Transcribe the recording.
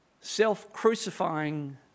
self-crucifying